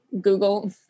Google